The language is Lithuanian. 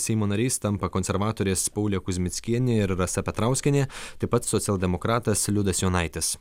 seimo narys tampa konservatorės paulė kuzmickienė ir rasa petrauskienė taip pat socialdemokratas liudas jonaitis